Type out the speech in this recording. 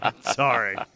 Sorry